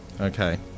Okay